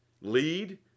Lead